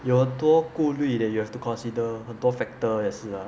有多顾虑 that you have to consider 很多 factor 也是 ah